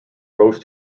rose